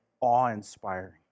awe-inspiring